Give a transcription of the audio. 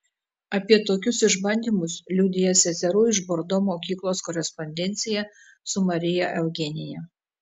apie tokius išbandymus liudija seserų iš bordo mokyklos korespondencija su marija eugenija